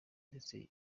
ndetse